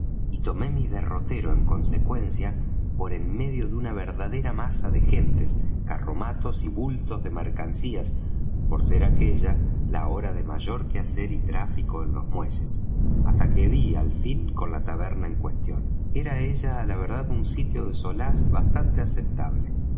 y tomé mi derrotero en consecuencia por enmedio de una verdadera masa de gentes carromatos y bultos de mercancías por ser aquella la hora de mayor quehacer y tráfico en los muelles hasta que dí al fin con la taberna en cuestión era ella á la verdad un sitio de solaz bastante aceptable